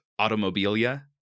Automobilia